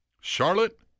Charlotte